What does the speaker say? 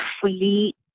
fully